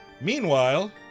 Meanwhile